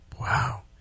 Wow